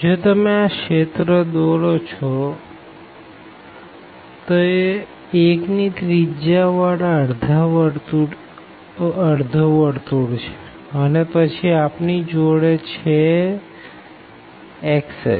જો તમે આ રિજિયન દોરો છો તે 1 ની રેડીઅસ વારો અડધો સર્કલ છે અને પછી આપણી જોડે છે x axis